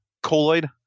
Colloid